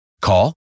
Call